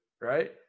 right